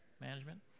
management